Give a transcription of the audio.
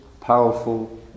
powerful